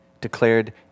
declared